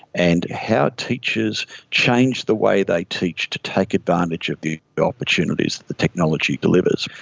and how teachers change the way they teach to take advantage of the opportunities that the technology delivers.